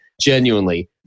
genuinely